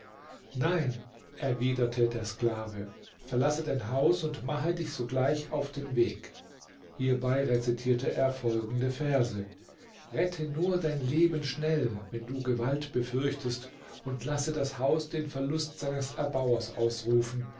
nein erwiderte der sklave verlasse dein haus und mache dich sogleich auf den weg hierbei rezitierte er folgende verse rette nur dein leben schnell wenn du gewalt befürchtest und lasse das haus den verlust seines erbauers ausrufen